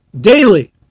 daily